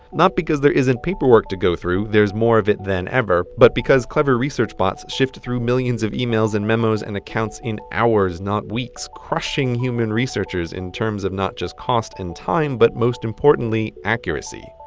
not because there isn't paperwork to go through, there's more of it than ever, but because clever research bots shift through millions of emails and memos and accounts in hours not weeks crushing human researchers in terms of not just cost and time but, most importantly, accuracy.